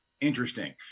interesting